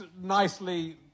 nicely